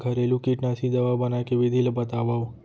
घरेलू कीटनाशी दवा बनाए के विधि ला बतावव?